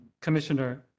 Commissioner